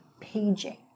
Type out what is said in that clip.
paging